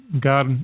God